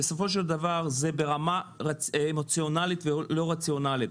בסופו של דבר זה ברמה אמוציונלית ולא רציונלית.